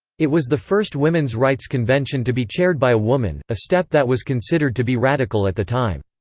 it was the first women's rights convention to be chaired by a woman, a step that was considered to be radical at the time.